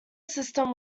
system